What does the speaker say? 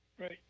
Right